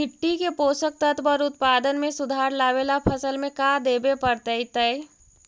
मिट्टी के पोषक तत्त्व और उत्पादन में सुधार लावे ला फसल में का देबे पड़तै तै?